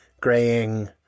graying